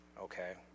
okay